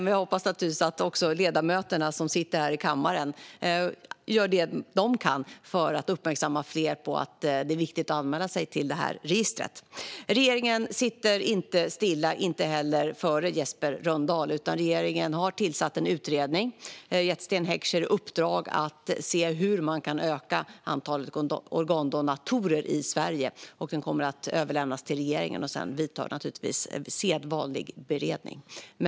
Jag hoppas naturligtvis också att ledamöterna som sitter här i kammaren gör vad de kan för att uppmärksamma fler på att det är viktigt att anmäla sig till detta register. Regeringen sitter inte stilla, inte heller före Jesper Rönndahl, utan har tillsatt en utredning och gett Sten Heckscher i uppdrag att se hur man kan öka antalet organdonatorer i Sverige. Utredningen kommer att överlämnas till regeringen, och sedan vidtar sedvanlig beredning.